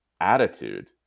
attitude